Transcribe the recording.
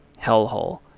hellhole